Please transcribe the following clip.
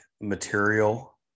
material